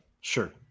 Sure